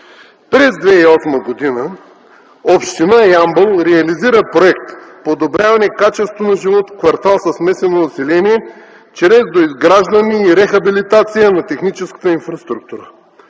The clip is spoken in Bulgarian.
През 2008 г. община Ямбол реализира проект „Подобряване качеството на живот в квартал със смесено население чрез доизграждане и рехабилитация на техническата инфраструктура”.